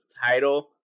title